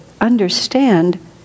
understand